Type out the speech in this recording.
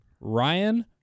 Ryan